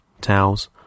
towels